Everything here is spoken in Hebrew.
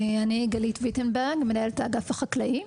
אני מנהלת האגף החקלאי,